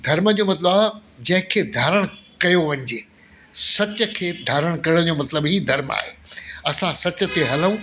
धर्म जो मतिलब आहे जंहिंखे धरम कयो वञिजे सच खे धारण करण जो मतिलब हीअ धर्म आहे असां सच ते हलूं